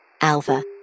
Alpha